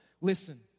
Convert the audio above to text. Listen